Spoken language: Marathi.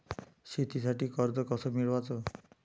शेतीसाठी कर्ज कस मिळवाच?